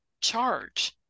charge